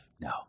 No